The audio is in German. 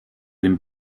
den